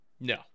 No